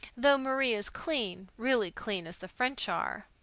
though marie is clean really clean, as the french are.